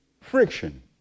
friction